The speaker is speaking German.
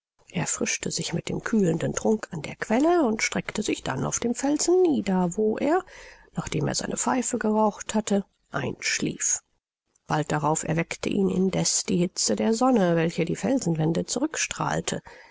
erfrischte sich mit einem kühlen trunk an der quelle und streckte sich dann auf dem felsen nieder wo er nachdem er seine pfeife geraucht hatte einschlief bald darauf erweckte ihn indeß die hitze der sonne welche die felsenwände